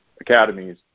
academies